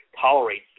tolerate